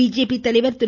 BJP தலைவர் திரு